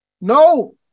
No